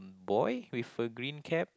boy with a green cap